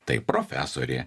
tai profesorė